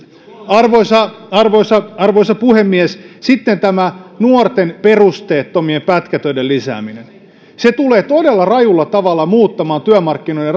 arvoisa arvoisa puhemies sitten tämä nuorten perusteettomien pätkätöiden lisääminen se tulee todella rajulla tavalla muuttamaan työmarkkinoiden